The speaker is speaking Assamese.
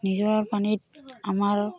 নিজৰাৰ পানীত আমাৰ